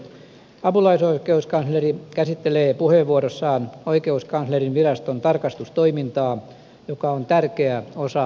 apulaisoikeuskansleri käsittelee puheenvuorossaan oikeuskanslerinviraston tarkastustoimintaa joka on tärkeä osa laillisuusvalvontaa